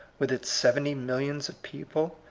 with its seventy millions of people,